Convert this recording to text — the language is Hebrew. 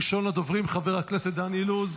ראשון הדוברים חבר הכנסת דן אילוז,